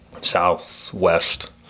southwest